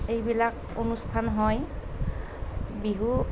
এইবিলাক অনুষ্ঠান হয় বিহু